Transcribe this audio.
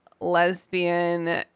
Lesbian